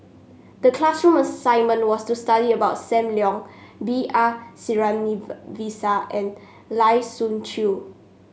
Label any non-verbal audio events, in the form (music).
the classroom assignment was to study about Sam Leong B R (unintelligible) and Lai Siu Chiu